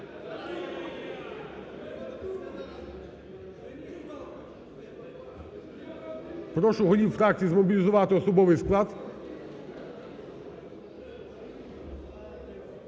Прошу голів фракцій змобілізувати особовий склад.